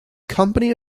company